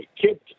kids